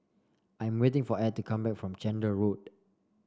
I'm waiting for Ed to come back from Chander Road